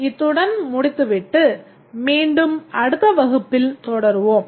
இத்துடன் முடித்து விட்டு மீண்டும் அடுத்த வகுப்பில் தொடருவோம்